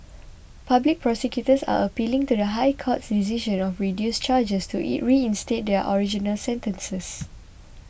public prosecutors are appealing to the High Court's decision of reduced charges to in reinstate their original sentences